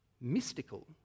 mystical